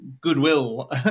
goodwill